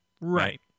right